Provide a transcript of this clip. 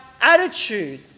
attitude